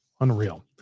Unreal